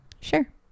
Sure